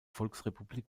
volksrepublik